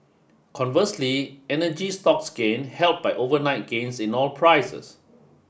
conversely energy stocks gained helped by overnight gains in oil prices